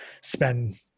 spend